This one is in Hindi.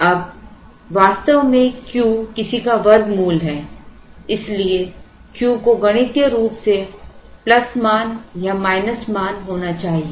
अब वास्तव में Q किसी का वर्गमूल है इसलिए Q को गणितीय रूप से प्लस मान या माइनस मान होना चाहिए